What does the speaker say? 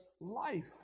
life